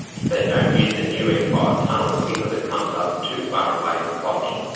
if they don't use the new m five tunnel, because it comes up too far away from botany,